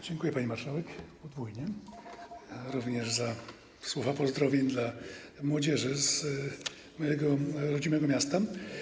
Dziękuję, pani marszałek, podwójnie, również za słowa pozdrowień dla młodzieży z mojego rodzimego miasta.